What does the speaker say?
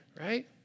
right